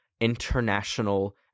international